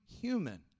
human